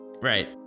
Right